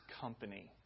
Company